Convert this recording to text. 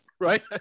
right